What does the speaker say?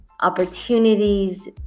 opportunities